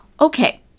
Okay